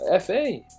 FA